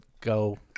go